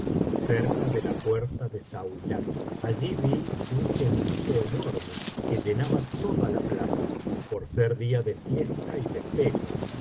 cerca de la puerta de zauilat allí vi un gentío enorme que llenaba toda la plaza por ser día de fiesta y de feria